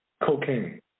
Cocaine